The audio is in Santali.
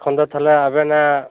ᱮᱠᱷᱚᱱ ᱫᱚ ᱛᱟᱦᱚᱞᱮ ᱟᱵᱮᱱᱟᱜ